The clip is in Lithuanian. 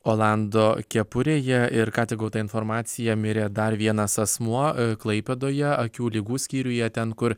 olando kepurėje ir ką tik gauta informacija mirė dar vienas asmuo klaipėdoje akių ligų skyriuje ten kur